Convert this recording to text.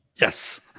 Yes